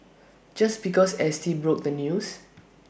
just because S T broke the news